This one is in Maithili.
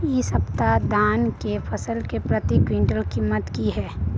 इ सप्ताह धान के फसल के प्रति क्विंटल कीमत की हय?